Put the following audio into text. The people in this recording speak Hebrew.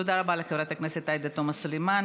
תודה רבה לחברת הכנסת עאידה תומא סלימאן.